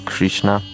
Krishna